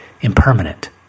impermanent